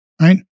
right